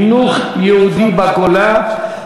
חינוך יהודי בגולה,